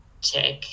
check